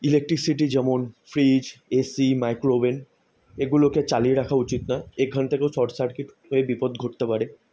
electricity যেমন fridge AC microwave এগুলোকে চালিয়ে রাখা উচিৎ নয় এখান থেকেও শর্ট সার্কিট হয়ে বিপদ ঘটতে পারে